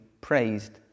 praised